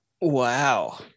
Wow